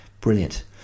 brilliant